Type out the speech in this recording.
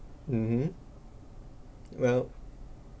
mmhmm well